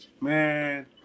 Man